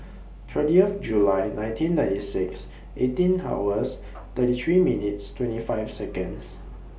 thirtieth July nineteen ninety six eighteen hours thirty three minutes twenty five Seconds